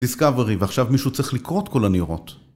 דיסקאברי, ועכשיו מישהו צריך לקרוא את כל הנירות